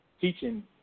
teaching